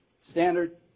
standard